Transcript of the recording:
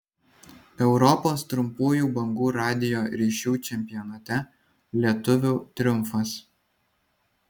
europos trumpųjų bangų radijo ryšių čempionate lietuvių triumfas